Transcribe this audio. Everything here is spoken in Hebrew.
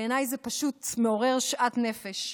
בעיניי זה פשוט מעורר שאט נפש.